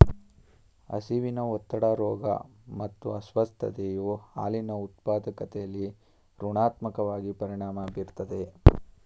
ಹಸಿವಿನ ಒತ್ತಡ ರೋಗ ಮತ್ತು ಅಸ್ವಸ್ಥತೆಯು ಹಾಲಿನ ಉತ್ಪಾದಕತೆಲಿ ಋಣಾತ್ಮಕವಾಗಿ ಪರಿಣಾಮ ಬೀರ್ತದೆ